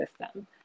system